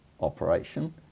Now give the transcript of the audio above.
operation